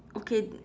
okay